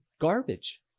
garbage